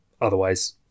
Otherwise